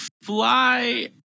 fly